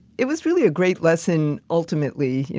it was really a great lesson, ultimately, you